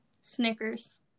Snickers